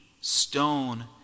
stone